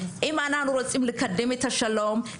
אם אנחנו רוצים לקדם את השלום,